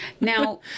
Now